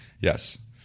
yes